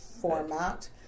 format